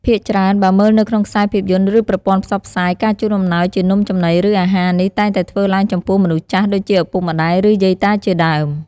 ភាគច្រើន បើមើលនៅក្នុងខ្សែភាពយន្ត ឬ ប្រព័ន្ធផ្សព្វផ្សាយ ការជូនអំណោយជានំចំណី ឬ អាហារនេះ តែងតែធ្វើឡើងចំពោះមនុស្សចាស់ ដូចជាឪពុកម្ដាយ ឬ យាយតា ជាដើម។